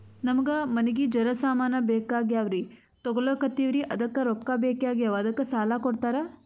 ನಮಗ ಮನಿಗಿ ಜರ ಸಾಮಾನ ಬೇಕಾಗ್ಯಾವ್ರೀ ತೊಗೊಲತ್ತೀವ್ರಿ ಅದಕ್ಕ ರೊಕ್ಕ ಬೆಕಾಗ್ಯಾವ ಅದಕ್ಕ ಸಾಲ ಕೊಡ್ತಾರ?